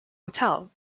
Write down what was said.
hotel